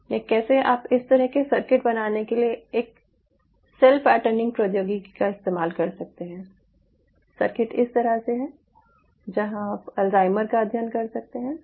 या कैसे आप इस तरह के सर्किट बनाने के लिए एक सेल पैटर्निंग प्रौद्योगिकी का इस्तेमाल कर सकते हैं सर्किट इस तरह है जहां आप अल्जाइमर Alzheimer's का अध्ययन कर सकते हैं